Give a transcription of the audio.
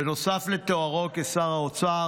בנוסף לתוארו כשר האוצר,